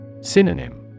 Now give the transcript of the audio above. Synonym